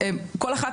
רגולטור.